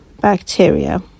bacteria